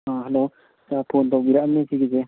hello phone ꯇꯧꯕꯤꯔꯛꯑꯝꯃꯤ ꯁꯤꯒꯤꯁꯦ